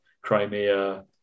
Crimea